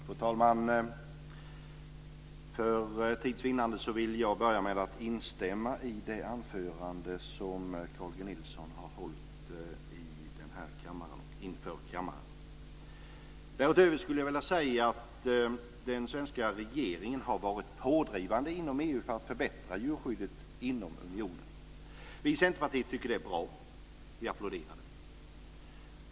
Fru talman! För tids vinnande vill jag börja med att instämma i det anförande som Carl G Nilsson har hållit inför kammaren. Därutöver skulle jag vilja säga att den svenska regeringen har varit pådrivande inom EU för att förbättra djurskyddet inom unionen. Vi i Centerpartiet tycker att det är bra och applåderar det.